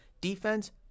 defense